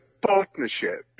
partnership